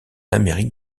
amérique